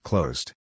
Closed